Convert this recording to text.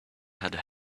had